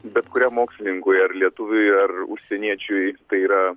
bet kuriam mokslininkui ar lietuviui ar užsieniečiui tai yra